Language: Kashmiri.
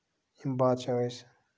یِم بادشاہ ٲسۍ